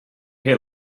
hear